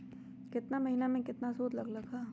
केतना महीना में कितना शुध लग लक ह?